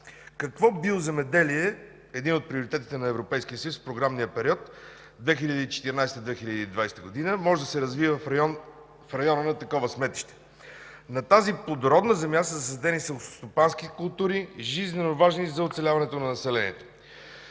Какво биоземеделие – един от приоритетите на Европейския съюз в програмния период 2014 – 2020 г., може да се развие в района на такова сметище? На тази плодородна земя са засадени селскостопански култури, жизнено важни за оцеляването на населението.